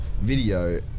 video